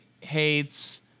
hates